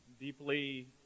deeply